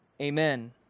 Amen